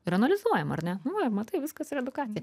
ir analizuojam ar ne nu va matai viskas yra edukacija